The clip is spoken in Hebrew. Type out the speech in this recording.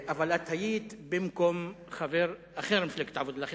אבל את היית במקום חבר אחר במפלגת העבודה.